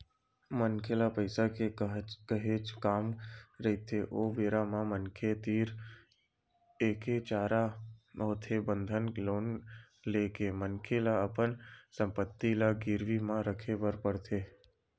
मनखे ल पइसा के काहेच काम रहिथे ओ बेरा म मनखे तीर एके चारा होथे बंधक लोन ले के मनखे ल अपन संपत्ति ल गिरवी म रखे बर होथे